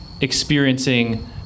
experiencing